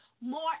more